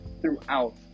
throughout